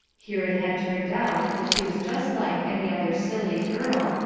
here it had turned out that she was just like any other silly girl,